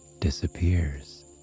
disappears